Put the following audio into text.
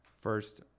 first